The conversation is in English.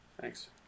Thanks